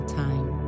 time